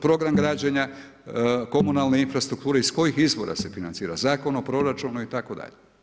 Program građenja komunalne infrastrukture iz kojih izvora se financira Zakon o proračunu itd.